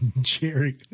Jerry